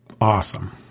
Awesome